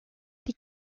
die